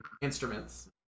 instruments